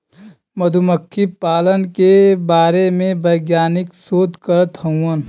मधुमक्खी पालन के बारे में वैज्ञानिक शोध करत हउवन